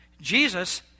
Jesus